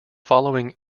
following